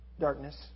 darkness